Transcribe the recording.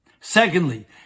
Secondly